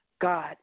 God